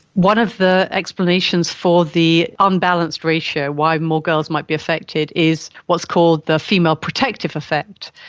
one of the explanations for the unbalanced ratio, why more girls might be affected, is what's called the female protective effect.